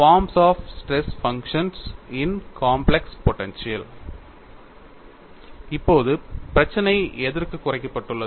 palms of stress functions in complex potential இப்போது பிரச்சினை எதற்குக் குறைக்கப்பட்டுள்ளது